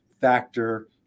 factor